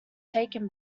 taken